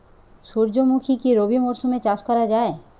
সুর্যমুখী কি রবি মরশুমে চাষ করা যায়?